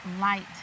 light